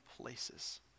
places